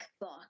book